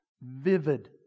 vivid